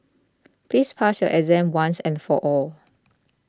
please pass your exam once and for all